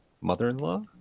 Mother-in-Law